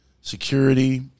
security